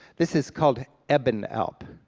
this is called ebenalp.